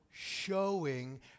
showing